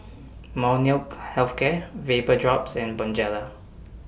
Molnylcke Health Care Vapodrops and Bonjela